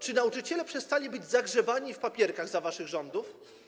Czy nauczyciele przestali być zagrzebani w papierkach za waszych rządów?